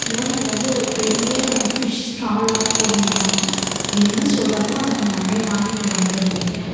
இதுவாக நீங்கள் வந்து ஒரு பெரிய ஃபிஷ் ஸ்டாலெல்லாம் போனீங்கன்னால் என்ன சொல்கிறாங்களோ அதை நீங்கள் அப்படியே வாங்கிகிட்டு வந்துடுறீங்க